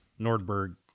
Nordberg